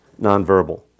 nonverbal